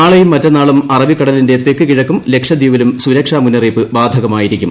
നാളെയും മറ്റെന്നാളും അറബിക്കടലിന്റെ തെക്ക് കിഴക്കും ലക്ഷദ്വീപിലും സുരക്ഷാ മുന്നറിയിപ്പ് ബാധകമായിരിക്കും